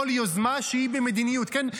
כל יוזמה שהיא במדיניות, כן?